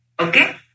Okay